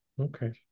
okay